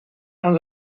aan